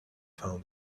found